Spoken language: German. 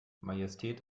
majestät